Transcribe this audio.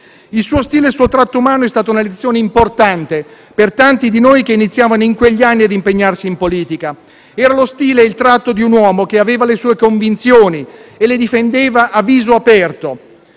Il suo stile e il suo tratto umano sono stati una lezione importante per tanti di noi che iniziavano in quegli anni a impegnarsi in politica. Erano lo stile e il tratto di un uomo che aveva le sue convinzioni e le difendeva a viso aperto,